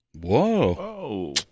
Whoa